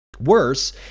Worse